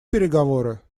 переговоры